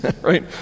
right